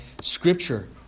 Scripture